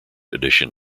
addition